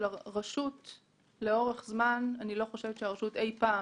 הרשות לאורך זמן הרשות לא עשתה אי פעם